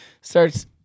starts